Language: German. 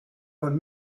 und